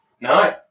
No